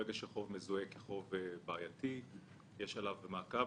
ברגע שחוב מזוהה כחוב בעייתי יש עליו מעקב